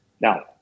Now